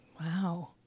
Wow